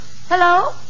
Hello